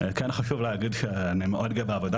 כן חשוב להגיד שאני מאוד גאה בעבודה